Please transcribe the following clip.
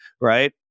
Right